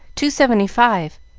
two seventy-five.